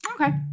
Okay